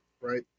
right